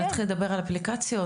ונתחיל לדבר על אפליקציות?